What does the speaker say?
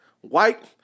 white